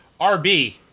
RB